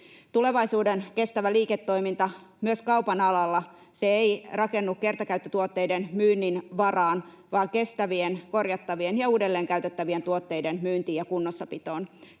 Tulevaisuuden kestävä liiketoiminta ei myöskään kaupan alalla rakennu kertakäyttötuotteiden myynnin varaan vaan kestävien, korjattavien ja uudelleenkäytettävien tuotteiden myyntiin ja kunnossapitoon.